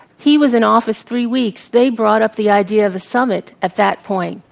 he was in office three weeks. they brought up the idea of a summit at that point.